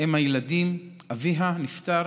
אם הילדים, נפטר,